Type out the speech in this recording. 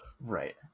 right